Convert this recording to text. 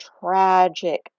tragic